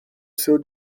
seu